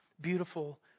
beautiful